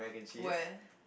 where